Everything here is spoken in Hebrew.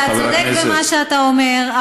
אתה צודק במה שאתה אומר,